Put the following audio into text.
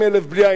בלי עין הרע,